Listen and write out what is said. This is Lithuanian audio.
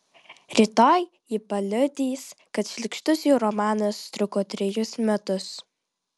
rytoj ji paliudys kad šlykštus jų romanas truko trejus metus